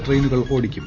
ട്രെയിനുകൾ ഓടിക്കും